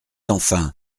enfin